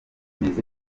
gute